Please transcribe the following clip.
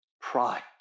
pride